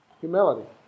Humility